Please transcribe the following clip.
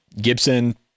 Gibson